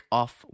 off